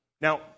Now